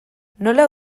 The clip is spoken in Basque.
nola